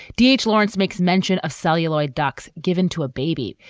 d h. lawrence makes mention of celluloid ducks given to a baby.